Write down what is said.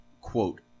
quote